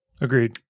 Agreed